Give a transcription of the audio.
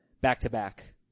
back-to-back